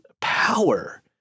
power